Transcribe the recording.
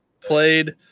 played